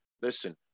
listen